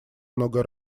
много